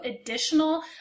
additional